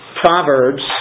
Proverbs